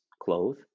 clothes